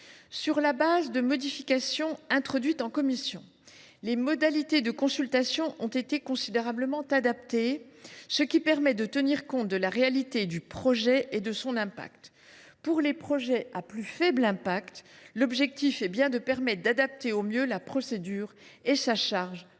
Sur la base des modifications introduites en commission, les modalités de consultation ont été considérablement adaptées, ce qui permet de tenir compte de la réalité du projet et de son impact. Pour les projets à plus faible incidence, l’objectif est bien de permettre d’adapter au mieux la procédure et sa charge pour